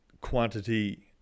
quantity